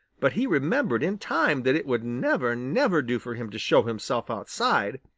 but he remembered in time that it would never, never do for him to show himself outside,